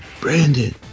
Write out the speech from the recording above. Brandon